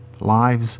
lives